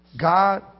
God